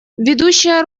ведущая